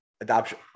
Adoption